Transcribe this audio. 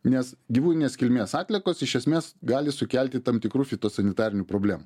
nes gyvūninės kilmės atliekos iš esmės gali sukelti tam tikrų fitosanitarinių problemų